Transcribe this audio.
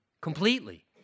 completely